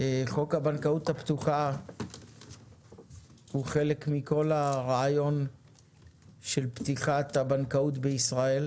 חוק הבנקאות הפתוחה הוא חלק מכל הרעיון של פתיחת הבנקאות בישראל,